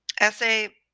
essay